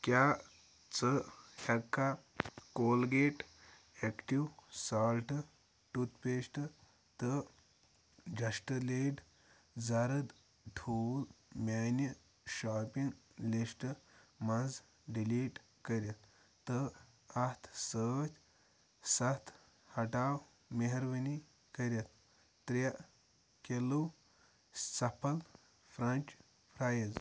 کیٛاہ ژٕ ہٮ۪کہٕ کھا کولگیٹ اٮ۪کٹِو سالٹ ٹُتھپیسٹ تہٕ جَسٹ لیڈ زَرٕد ٹھوٗل میٛانہِ شاپِنٛگ لِسٹ منٛز ڈِلیٖٹ کٔرِتھ تہٕ اَتھ سۭتۍ سَتھ ہَٹاو مہربٲنی کٔرِتھ ترٛےٚ کِلوٗ سَپَل فرٛٮ۪نٛچ فرٛایِز